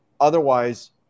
Otherwise